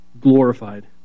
glorified